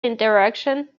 interactions